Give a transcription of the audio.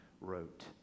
wrote